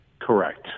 Correct